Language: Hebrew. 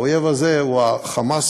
האויב הזה הוא ה"חמאס"